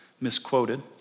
misquoted